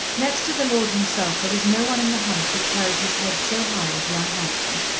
next to the lord himself there was no one in the hunt who carried his head so high as young hampton.